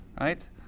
right